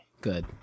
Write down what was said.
Good